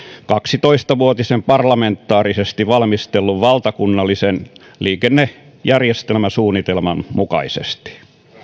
kaksitoista vuotisen parlamentaarisesti valmistellun valtakunnallisen liikennejärjestelmäsuunnitelman mukaisesti